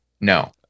No